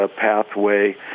pathway